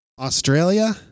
Australia